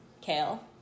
kale